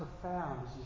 profound